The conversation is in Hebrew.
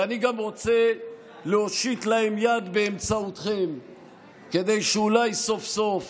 ואני גם רוצה גם להושיט להם יד באמצעותכם כדי שאולי סוף-סוף